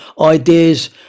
ideas